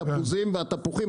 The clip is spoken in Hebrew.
לתפוזים והתפוחים,